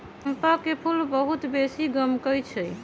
चंपा के फूल बहुत बेशी गमकै छइ